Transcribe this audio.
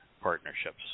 partnerships